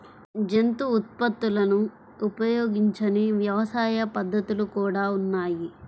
జంతు ఉత్పత్తులను ఉపయోగించని వ్యవసాయ పద్ధతులు కూడా ఉన్నాయి